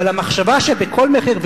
אבל המחשבה שבכל מחיר,